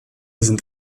sind